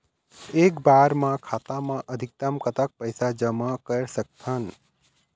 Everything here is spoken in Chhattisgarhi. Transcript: एक बार मा खाता मा अधिकतम कतक पैसा जमा कर सकथन?